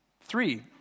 Three